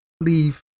leave